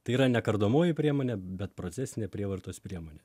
tai yra ne kardomoji priemonė bet procesinė prievartos priemonė